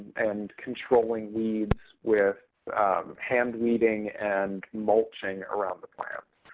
and controlling weeds with hand weeding and mulching around the plants.